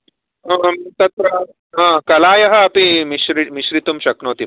तत्र कलायः अपि मिश्रि मिश्रितुं शक्नोति भवती